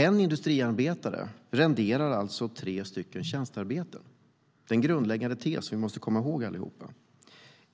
Ett industriarbete renderar tre tjänstearbeten. Det är en grundläggande tes som vi alla måste komma ihåg.